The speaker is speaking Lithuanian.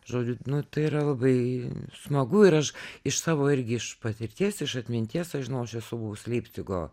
žodžiu nu tai yra labai smagu ir aš iš savo irgi iš patirties iš atminties aš žinau aš esu buvus leipcigo